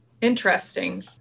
Interesting